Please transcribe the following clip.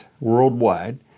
worldwide